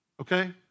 okay